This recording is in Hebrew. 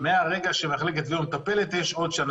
מרגע שמחלקת תביעות מטפלת, יש עוד שנה.